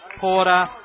Porter